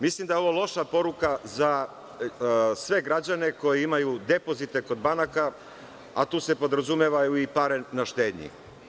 Mislim da je ovo loša poruka za sve građane koji imaju depozite kod banaka, a tu se podrazumevaju i pare na štednji.